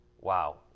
Wow